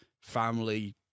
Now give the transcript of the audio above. family